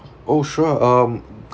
oh sure um